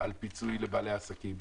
על פיצוי לבעלי העסקים,